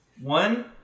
One